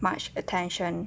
much attention